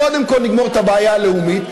קודם כול נגמור את הבעיה הלאומית,